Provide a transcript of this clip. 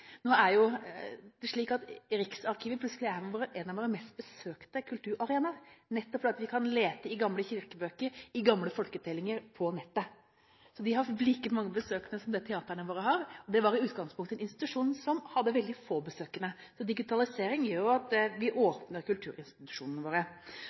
av våre mest besøkte kulturarenaer, nettopp fordi man kan lete i gamle kirkebøker og i gamle folketellinger på nettet. De har like mange besøkende som det teatrene våre har, og det var i utgangspunktet en institusjon som hadde veldig få besøkende. Digitalisering gjør jo at vi åpner kulturinstitusjonene våre.